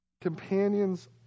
companions